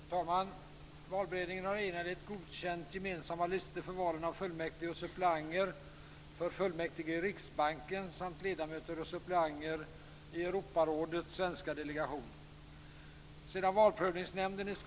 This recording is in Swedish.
Fru talman! Valberedningen har enhälligt godkänt gemensamma listor för valen av fullmäktige och suppleanter för fullmäktige i Riksbanken samt ledamöter och suppleanter i Europarådets svenska delegation.